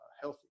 healthy